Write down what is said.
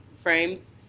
frames